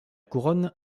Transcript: couronne